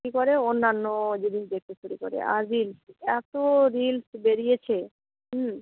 কী করে অন্যান্য জিনিস দেখতে শুরু করে আর রিলস এত রিলস বেরিয়েছে হুম